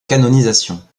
canonisation